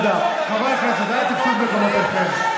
חברת הכנסת רגב, את גם עומדת וגם צועקת.